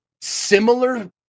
similar